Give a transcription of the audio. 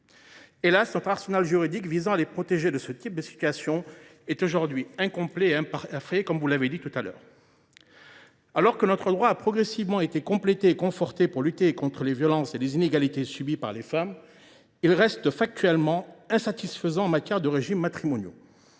spoliées. Notre arsenal juridique visant à les protéger de ce type de situations est – hélas !– aujourd’hui incomplet et imparfait ; cela a été souligné tout à l’heure. Alors que notre droit a progressivement été complété et conforté pour lutter contre les violences et les inégalités subies par les femmes, il reste factuellement insatisfaisant en matière de régimes matrimoniaux.